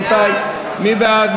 מי בעד?